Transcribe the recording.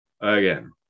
again